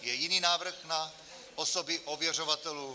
Je jiný návrh na osoby ověřovatelů?